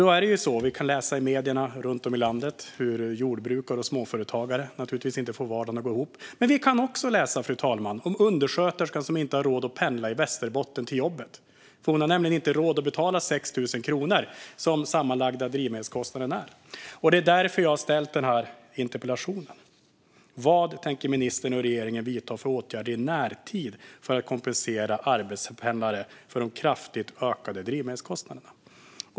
Vi kan läsa i medierna runt om i landet hur jordbrukare och småföretagare naturligtvis inte får vardagen att gå ihop. Men vi kan också läsa, fru talman, om undersköterskan i Västerbotten som inte har råd att pendla till jobbet. Hon har nämligen inte råd att betala 6 000 kronor som den sammanlagda drivmedelskostnaden är. Det är därför som jag har ställt denna interpellation. Vad tänker ministern och regeringen vidta för åtgärder i närtid för att kompensera arbetspendlare för de kraftigt ökade drivmedelskostnaderna?